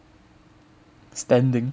standing